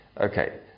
Okay